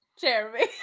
Jeremy